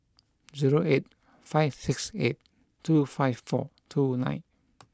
zero eight five six eight two five four two nine